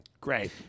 Great